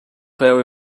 very